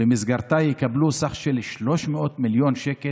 במסגרתה יקבלו סך של 300 מיליון שקל